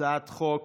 הצעת חוק